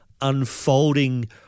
unfolding –